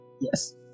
Yes